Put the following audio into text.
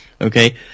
okay